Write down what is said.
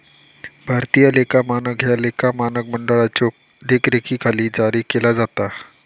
भारतीय लेखा मानक ह्या लेखा मानक मंडळाच्यो देखरेखीखाली जारी केला जाता